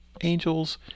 angels